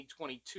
2022